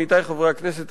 עמיתי חברי הכנסת,